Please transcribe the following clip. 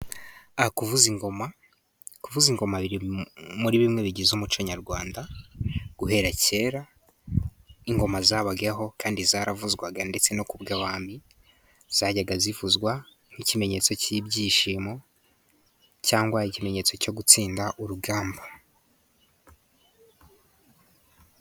Kuvuza ingoma; kuvuza ingoma biri muri bimwe bigize umuco nyarwanda, guhera kera ingoma zabagaho, kandi zaravuzwaga ndetse no kubw' abami zajyaga zivuzwa nk' ikimenyetso cy' ibyishimo cyangwa ikimenyetso cyo gutsinda urugamba.